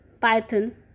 python